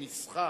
שניסחה,